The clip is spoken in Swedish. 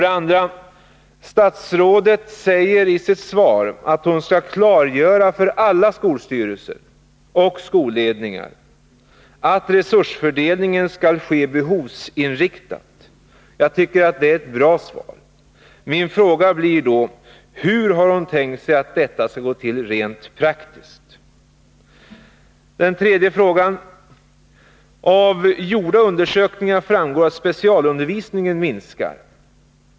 Statsrådet säger för det andra i sitt svar att hon skall klargöra för alla skolstyrelser och skolledningar att resursfördelningen skall ske behovsinriktat. Jag tycker att det är ett bra svar. Min fråga blir då: Hur har hon tänkt sig att detta skall gå till rent praktiskt? 3. Den tredje frågan lyder: Av gjorda undersökningar framgår att specialundervisningen minskar.